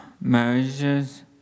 Marriages